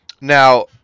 Now